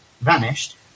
vanished